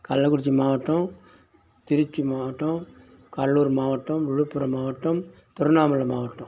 கள்ளக்குறிச்சி மாவட்டம் திருச்சி மாவட்டம் கடலூர் மாவட்டம் விழுப்புரம் மாவட்டம் திருவண்ணாமலை மாவட்டம்